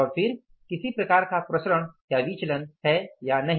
और फिर किसी प्रकार का प्रसरण है या नहीं